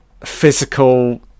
physical